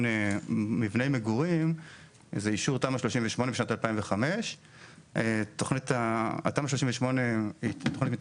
מבני מגורים זה אישור תמ"א 38 בשנת 2005. תמ"א 38 היא תכנית